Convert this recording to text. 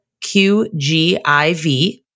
QGIV